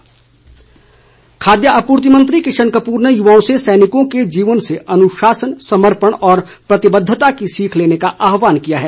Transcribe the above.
किशन कपूर खाद्य आपूर्ति मंत्री किशन कपूर ने युवाओं से सैनिकों के जीवन से अनुशासन सपर्मण और प्रतिबद्दता की सीख लेने का आहवान किया है